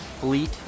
fleet